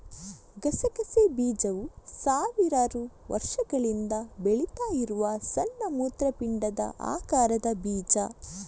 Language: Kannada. ಗಸಗಸೆ ಬೀಜವು ಸಾವಿರಾರು ವರ್ಷಗಳಿಂದ ಬೆಳೀತಾ ಇರುವ ಸಣ್ಣ ಮೂತ್ರಪಿಂಡದ ಆಕಾರದ ಬೀಜ